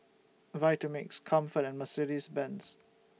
Vitamix Comfort and Mercedes Benz